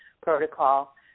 protocol